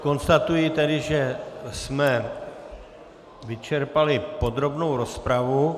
Konstatuji tedy, že jsme vyčerpali podrobnou rozpravu.